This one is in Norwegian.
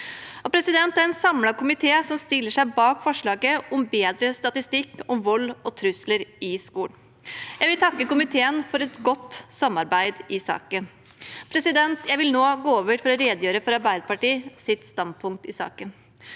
på. Det er en samlet komité som stiller seg bak forslaget om å få en bedre statistikk for vold og trusler i skolen. Jeg vil takke komiteen for et godt samarbeid i saken. Jeg vil nå gå over til å redegjøre for Arbeiderpartiets standpunkt i saken.